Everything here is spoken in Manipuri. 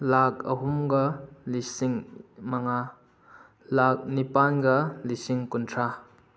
ꯂꯥꯛ ꯑꯍꯨꯝꯒ ꯂꯤꯁꯤꯡ ꯃꯉꯥ ꯂꯥꯛ ꯅꯤꯄꯥꯜꯒ ꯂꯤꯁꯤꯡ ꯀꯨꯟꯊ꯭ꯔꯥ